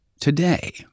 Today